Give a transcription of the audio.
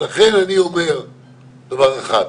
לכן אני אומר דבר אחד,